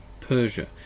Persia